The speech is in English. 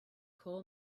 call